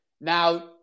Now